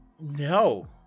No